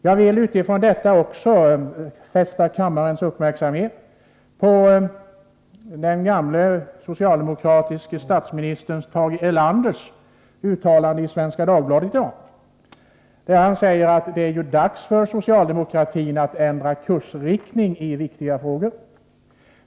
Jag vill mot denna bakgrund också fästa kammarens uppmärksamhet på den förre socialdemokratiske statsministern Tage Erlanders uttalande i Svenska Dagbladet i dag, där han säger att det är dags för socialdemokratin att ändra kursriktning i viktiga frågor.